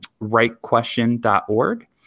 rightquestion.org